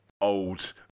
old